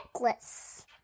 necklace